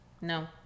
No